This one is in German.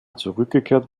zurückgekehrt